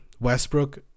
Westbrook